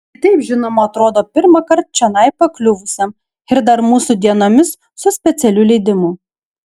kitaip žinoma atrodo pirmąkart čionai pakliuvusiam ir dar mūsų dienomis su specialiu leidimu